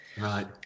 Right